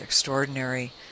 Extraordinary